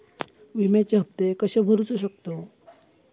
विम्याचे हप्ते कसे भरूचो शकतो?